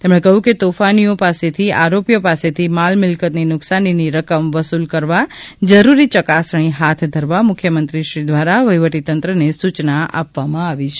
તેમણે કહ્યું કે તોફાનીઓ પાસેથી આરોપીઓ પાસેથી માલ મિલકતની નુકસાનીની રકમ વસુલ કરવા જરૂરી ચકાસણી હાથ ધરવા મુખ્ય મંત્રીશ્રી દ્વારા વહીવટી તંત્રને સુચના આપી દેવામાં આવી છે